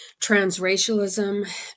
transracialism